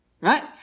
Right